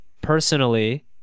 personally